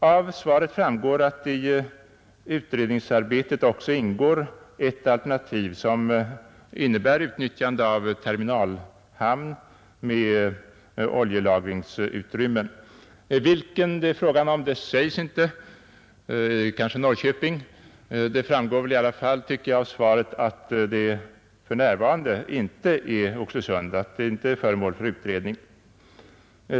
Av svaret framgår att i utrednings arbetet också ingår ett alternativ som innebär utnyttjande av terminalhamn med oljelagringsutrymmen. Vilken det är fråga om sägs inte, det kanske är Norrköping. Det framgår väl i alla fall av svaret att Oxelösund för närvarande inte är föremål för utredning.